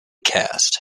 cast